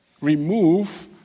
remove